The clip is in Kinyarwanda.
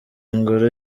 ngoro